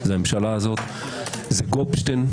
זה הממשלה הזאת, גופשטיין,